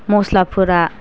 मस्लाफोरा